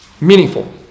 meaningful